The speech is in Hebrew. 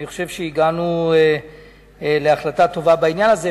אני חושב שהגענו להחלטה טובה בעניין הזה,